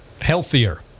healthier